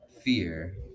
Fear